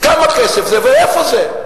כמה כסף זה ואיפה זה.